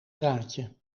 draadje